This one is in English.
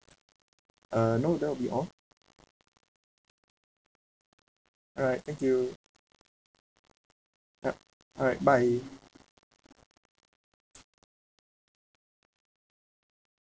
uh no that will be all alright thank you ya alright bye